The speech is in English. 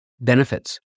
benefits